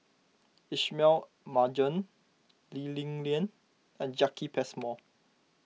Ismail Marjan Lee Li Lian and Jacki Passmore